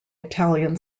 italian